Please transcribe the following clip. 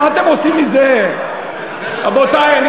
מה אתם עושים מזה, רבותי, מה אתם עושים מזה?